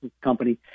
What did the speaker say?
Company